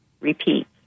repeat